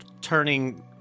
turning